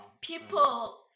people